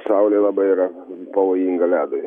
saulė labai yra pavojinga ledui